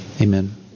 Amen